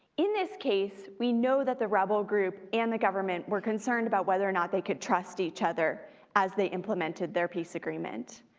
in this case, we know that the rebel group and the government were concerned about whether or not they could trust each other as they implemented their peace agreement.